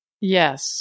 Yes